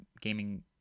gaming